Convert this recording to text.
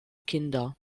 kinder